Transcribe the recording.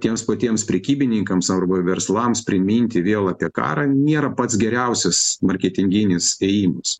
tiems patiems prekybininkams arba verslams priminti vėl apie karą nėra pats geriausias marketinginis ėjimas